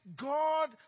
God